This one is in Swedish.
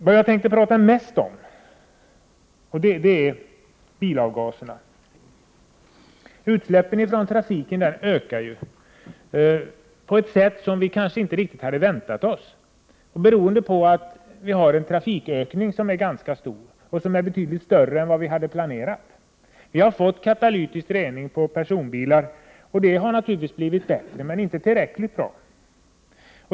Vad jag tänkte tala mest om är bilavgaserna. Utsläppen från trafiken ökar ju på ett sätt som vi kanske inte riktigt hade väntat oss. Det beror på att det sker en ganska stor trafikökning, betydligt större än vad vi hade planerat. Vi har fått katalytisk rening på personbilar, och det har naturligtvis blivit bättre men inte tillräckligt bra.